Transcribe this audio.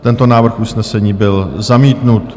Tento návrh usnesení byl zamítnut.